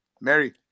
Mary